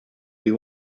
you